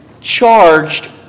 charged